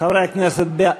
חברי הכנסת,